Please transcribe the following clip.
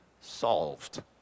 solved